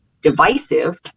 divisive